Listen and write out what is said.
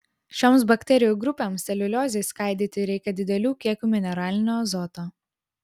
šioms bakterijų grupėms celiuliozei skaidyti reikia didelių kiekių mineralinio azoto